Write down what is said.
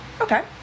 okay